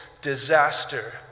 disaster